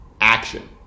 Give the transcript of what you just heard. action